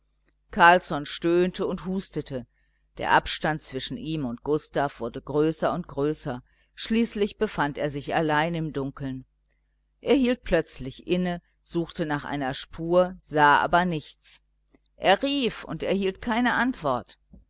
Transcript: carlsson stöhnte und hustete der abstand zwischen ihm und gustav wurde größer und größer und schließlich befand er sich allein im dunkeln er hielt plötzlich inne suchte nach einer spur sah aber nichts er rief und erhielt keine antwort